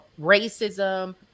racism